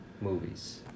Movies